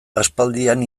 aspaldian